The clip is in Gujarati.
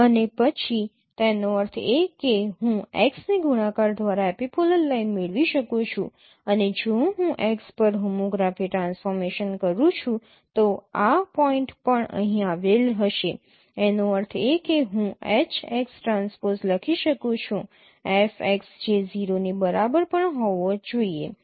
અને પછી તેનો અર્થ એ કે હું x ને ગુણાકાર દ્વારા એપિપોલર લાઇન મેળવી શકું છું અને જો હું x પર હોમોગ્રાફી ટ્રાન્સફોર્મેશન કરું છું તો આ પોઈન્ટ પણ અહીં આવેલ હશે એનો અર્થ એ છે કે હું H x ટ્રાન્સપોઝ લખી શકું છું F x જે 0 ની બરાબર પણ હોવા જોઈએ